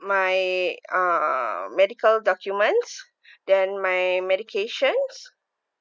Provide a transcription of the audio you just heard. my uh medical documents then my medications